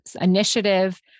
initiative